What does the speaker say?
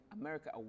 America